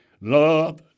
Love